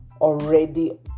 already